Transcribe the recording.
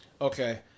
Okay